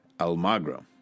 Almagro